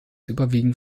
überwiegend